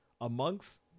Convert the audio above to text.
Amongst